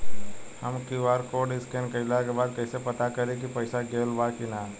हम QR code scan कइला के बाद कइसे पता करि की पईसा गेल बा की न?